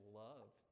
love